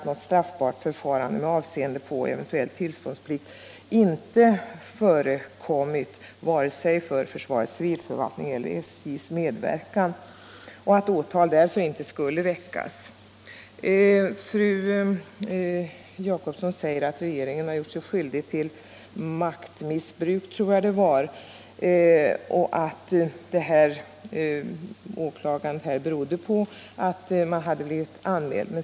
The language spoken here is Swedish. —-—-- Något straffbart förfarande med avseende på eventuell tillståndsplikt för FCF har alltså inte förekommit och följaktligen inte heller beträffande SJ:s medverkan.” Åtal skulle därför enligt riksåklagaren icke väckas. Fru Jacobsson säger att regeringen gjort sig skyldig till maktmissbruk —- jag tror hon använde det uttrycket.